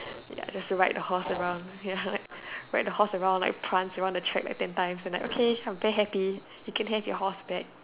ya just to ride the horse around ya like ride the horse around like prance around the track like ten times and like okay I'm very happy you can have your horse back